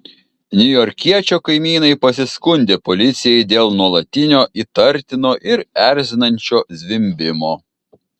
niujorkiečio kaimynai pasiskundė policijai dėl nuolatinio įtartino ir erzinančio zvimbimo